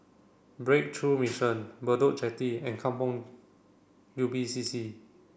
breakthrough Mission Bedok Jetty and Kampong Ubi C C